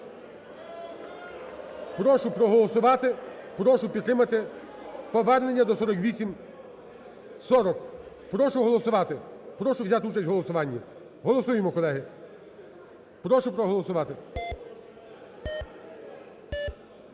Прошу проголосувати. Прошу підтримати повернення до 4840. Прошу голосувати. Прошу взяти участь в голосуванні. Голосуємо, колеги. Прошу проголосувати.